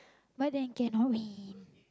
why then cannot win